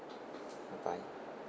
bye bye